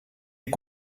est